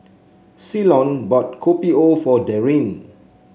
Ceylon bought Kopi O for Darryn